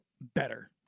Better